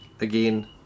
again